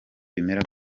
bimera